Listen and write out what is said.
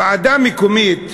ועדה מקומית,